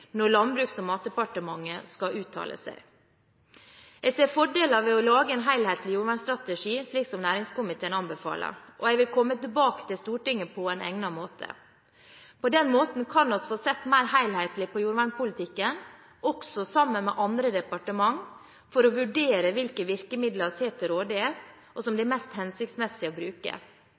når Landbruks- og matdepartementet skal uttale seg. Jeg ser fordeler ved å lage en helhetlig jordvernstrategi, slik næringskomiteen anbefaler, og jeg vil komme tilbake til Stortinget på en egnet måte. På den måten kan vi få sett mer helhetlig på jordvernpolitikken, også sammen med andre departement, for å vurdere hvilke virkemidler vi har til rådighet, og som det er mest hensiktsmessig å bruke.